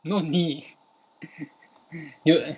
没有你 you